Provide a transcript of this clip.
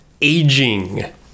aging